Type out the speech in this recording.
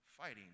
fighting